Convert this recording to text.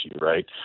right